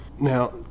Now